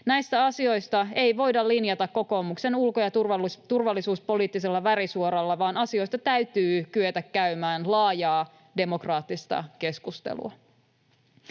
Näistä asioista ei voida linjata kokoomuksen ulko- ja turvallisuuspoliittisella värisuoralla, vaan asioista täytyy kyetä käymään laajaa, demokraattista keskustelua.